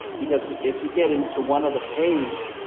because if you get into one of the paid